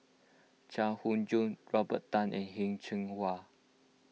Chai Hon Yoong Robert Tan and Heng Cheng Hwa